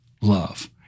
love